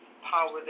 power